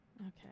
Okay